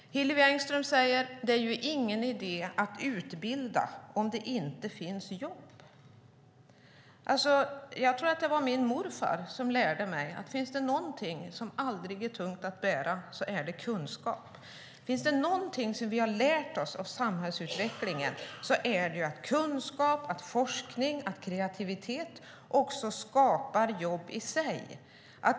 Hillevi Engström säger: Det är ju ingen idé att utbilda om det inte finns jobb. Jag tror att det var min morfar som lärde mig att finns det någonting som aldrig är tungt att bära är det kunskap. Finns det någonting som vi har lärt oss av samhällsutvecklingen är det att kunskap, forskning och kreativitet skapar jobb i sig.